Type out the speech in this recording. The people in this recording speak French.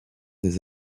des